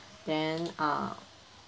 then uh